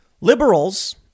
Liberals